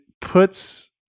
puts